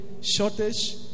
shortage